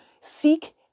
seek